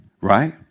right